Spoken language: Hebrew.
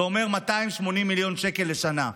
זה אומר 280 מיליון שקלים לשנה.